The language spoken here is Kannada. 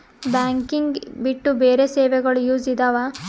ಬ್ಯಾಂಕಿಂಗ್ ಬಿಟ್ಟು ಬೇರೆ ಸೇವೆಗಳು ಯೂಸ್ ಇದಾವ?